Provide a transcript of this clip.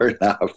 enough